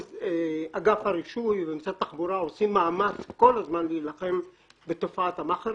אגף הרישוי במשרד התחבורה עושה מאמץ כל הזמן להילחם בתופעת המאכערים.